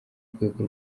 rwego